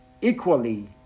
equally